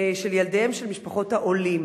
של ילדיהן של משפחות העולים.